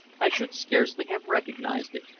i should scarcely have recognised it,